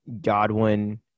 Godwin